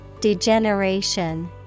Degeneration